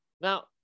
Now